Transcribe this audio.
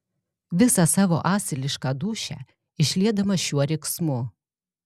visą savo asilišką dūšią išliedamas šiuo riksmu